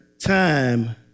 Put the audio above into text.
time